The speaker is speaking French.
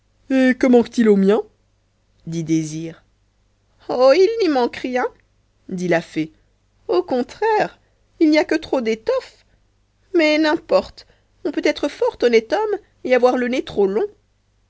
que manque-t-il au mien dit désir oh il n'y manque rien reprit la fée au contraire il n'y a que trop d'étoffe mais n'importe on peut être fort honnête homme et avoir le nez trop long